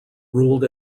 ruled